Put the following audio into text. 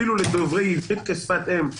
אפילו לדוברי עברי כשפת אם,